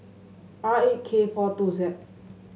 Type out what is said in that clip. R eight K four two Z